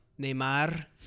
Neymar